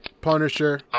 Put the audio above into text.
Punisher